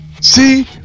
see